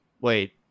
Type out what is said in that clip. Wait